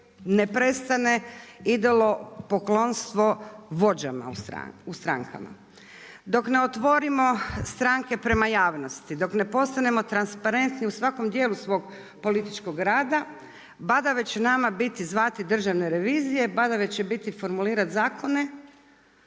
ne prestane idolopoklonstvo vođama u strankama, dok ne otvorimo stranke prema javnosti, dok ne postanemo transparentni u svakom dijelu svog političkog rada badava će nama biti zvati državne revizije, badava će biti formulirati zakone